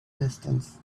distance